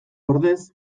ordez